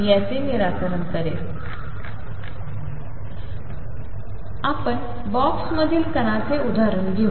याचे निराकरण करेल बॉक्समधील कणाचे उदाहरण घेऊ